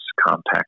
compact